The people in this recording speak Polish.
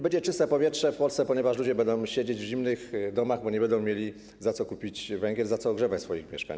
Będzie czyste powietrze w Polsce, ponieważ ludzie będą siedzieć w zimnych domach, bo nie będą mieli, za co kupić węgla, za co ogrzewać swoich mieszkań.